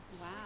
Wow